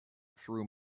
through